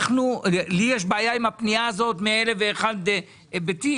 לי יש בעיה עם הפנייה הזאת מאלף ואחד היבטים.